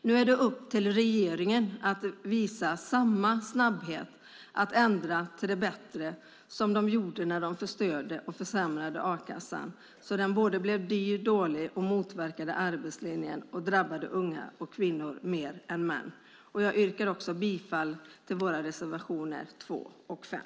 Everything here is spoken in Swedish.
Nu är det upp till regeringen att visa samma snabbhet att ändra till det bättre som de gjorde när de förstörde och försämrade a-kassan så att den blev både dyr och dålig och motverkade arbetslinjen och drabbade unga och kvinnor mer än män. Jag yrkar bifall till våra reservationer 2 och 5.